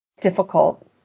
difficult